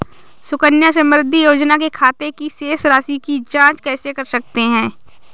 सुकन्या समृद्धि योजना के खाते की शेष राशि की जाँच कैसे कर सकते हैं?